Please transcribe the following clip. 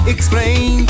Explain